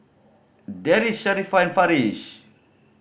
Deris Sharifah and Farish